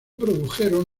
produjeron